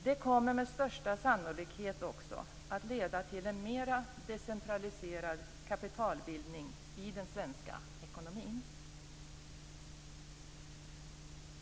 Det kommer med största sannolikhet också att leda till en mer decentraliserad kapitalbildning i den svenska ekonomin.